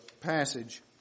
passage